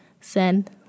send